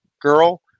girl